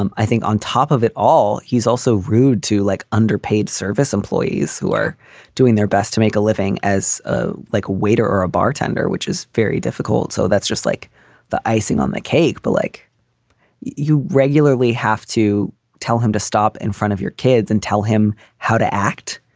um i think on top of it all, he's also rude to like underpaid service employees who are doing their best to make a living as ah like a waiter or a bartender, which is very difficult. so that's just like the icing on the cake. but like you regularly have to tell him to stop in front of your kids and tell him how to act,